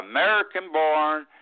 American-born